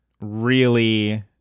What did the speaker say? really-